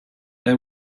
they